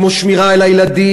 כמו שמירה על הילדים,